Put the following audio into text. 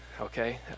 okay